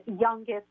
youngest